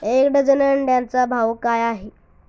एक डझन अंड्यांचा भाव काय आहे?